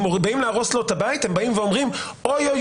אם באים להרוס להם את הבית הם באים ואומרים אוי,